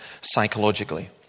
psychologically